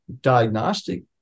diagnostic